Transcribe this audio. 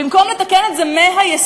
במקום לתקן את זה מהיסוד,